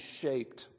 shaped